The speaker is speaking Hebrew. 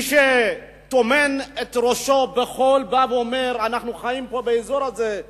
מי שטומן את ראשו בחול ואומר: אנחנו חיים באזור הזה,